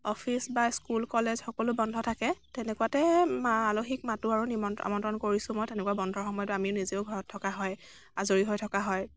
office বা school college সকলো বন্ধ থাকে তেনেকুৱাতে আলহীক মাতোঁ আৰু আমন্ত্ৰণ কৰিছোঁ মই তেনেকুৱা বন্ধৰ সময়ত আমি নিজেও ঘৰত থকা হয় আজৰি হৈ থকা হয়